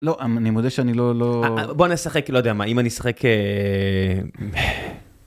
אני מודה שאני לא... בוא נשחק לא יודע מה אם אני אשחק...